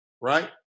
right